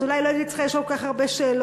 אז אולי לא הייתי צריכה לשאול כל כך הרבה שאלות.